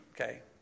okay